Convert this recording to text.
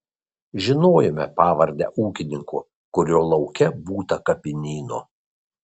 žinojome pavardę ūkininko kurio lauke būta kapinyno